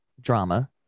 drama